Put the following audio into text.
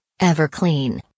EverClean